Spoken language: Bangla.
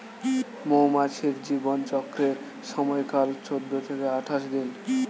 মৌমাছির জীবন চক্রের সময়কাল চৌদ্দ থেকে আঠাশ দিন